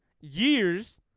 years